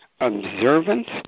observance